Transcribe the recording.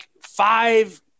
five